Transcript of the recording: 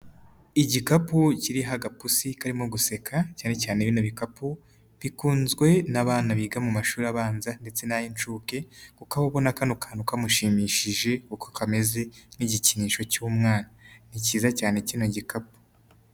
Igikapu kiriho agapusi karimo guseka cyane cyane bino bikapu bikunzwe n'abana biga mu mashuri abanza ndetse n'ay'inshuke kuko aba abona kano kantu kamushimishije uko kameze nk'igikinisho cy'umwana ni kiza cyane kino gikapu.